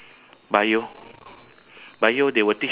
a bit l~ one or two lesser than others